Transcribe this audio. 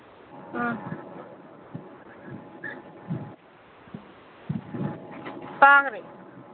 ꯑꯥ ꯇꯥꯒ꯭ꯔꯦ